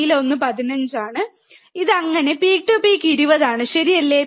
നീല ഒന്ന് 15 ആണ് ഇത് അങ്ങനെ പീക്ക് ടു പീക്ക് 20 ആണ് ശരിയല്ലേ